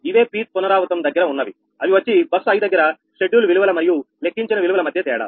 ఇవే pth పునరావృతం దగ్గర ఉన్నవి అవి వచ్చి బస్సు i దగ్గర షెడ్యూల్ విలువల మరియు లెక్కించిన విలువల మధ్య తేడా